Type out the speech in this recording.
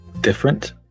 different